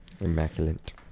immaculate